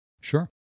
Sure